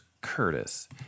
Curtis